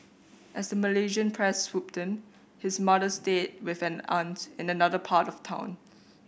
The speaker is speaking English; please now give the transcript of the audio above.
as the Malaysian press swooped in his mother stayed with an aunt in another part of town